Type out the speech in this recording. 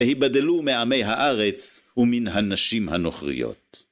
היבדלו מעמי הארץ ומן הנשים הנוכריות.